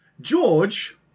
George